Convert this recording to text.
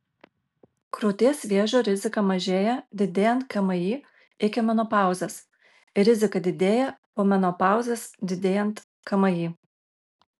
krūties vėžio rizika mažėja didėjant kmi iki menopauzės rizika didėja po menopauzės didėjant kmi